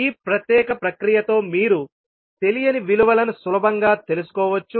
ఈ ప్రత్యేక ప్రక్రియతో మీరు తెలియని విలువలను సులభంగా తెలుసుకోవచ్చు